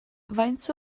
faint